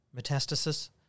metastasis